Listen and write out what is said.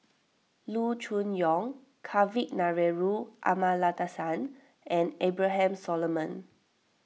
Loo Choon Yong Kavignareru Amallathasan and Abraham Solomon